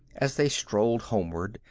as they strolled homeward,